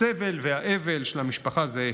הסבל והאבל של המשפחה זהה,